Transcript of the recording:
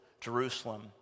Jerusalem